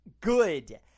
good